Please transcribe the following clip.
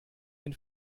den